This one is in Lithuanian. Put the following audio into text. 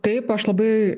taip aš labai